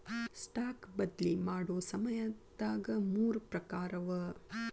stock ಬದ್ಲಿ ಮಾಡೊ ಸಮಯದಾಗ ಮೂರ್ ಪ್ರಕಾರವ